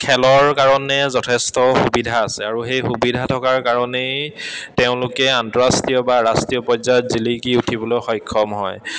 খেলৰ কাৰণে যথেষ্ট সুবিধা আছে আৰু সেই সুবিধা থকাৰ কাৰণেই তেওঁলোকে আন্তঃৰাষ্ট্ৰীয় বা ৰাষ্ট্ৰীয় পৰ্যায়ত জিলিকি উঠিবলৈ সক্ষম হয়